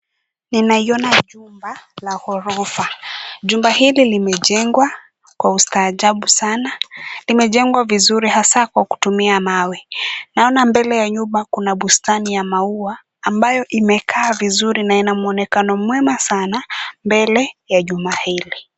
Ninaiona jumba la ghorofa . Jumba hili limejengwa kwa ustaajabu sana . Limejengwa vizuri hasa kwa kutumia mawe. Naona mbele ya nyuma ya nyumba kuna bustani ya maua ambayo imekaa vizuri na ina mwonekano mwema sana mbele ya jumba hili.